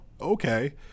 Okay